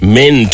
men